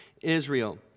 Israel